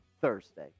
Thursday